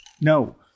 no